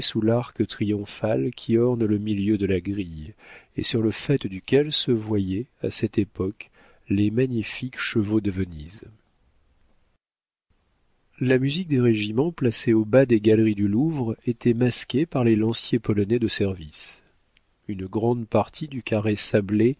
l'arc triomphal qui orne le milieu de grille et sur le faîte duquel se voyaient à cette époque les magnifiques chevaux de venise la musique des régiments placée au bas des galeries du louvre était masquée par les lanciers polonais de service une grande partie du carré sablé